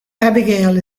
abigail